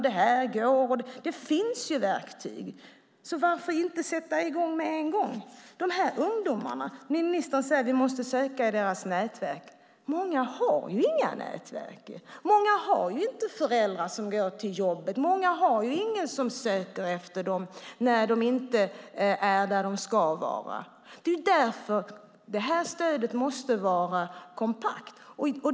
Det finns verktyg. Varför inte sätta i gång med en gång? Ministern säger att vi måste söka i ungdomarnas nätverk. Många har inga nätverk. Många har inte föräldrar som går till jobbet. Många har ingen som söker efter dem när de inte är där de ska vara. Det är därför detta stöd måste vara kompakt.